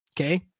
Okay